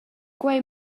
quei